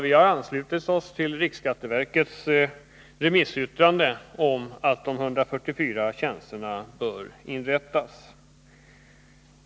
Vi har anslutit oss till riksskatteverkets remissyttrande, där man föreslår att 144 tjänster skall inrättas.